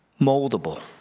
moldable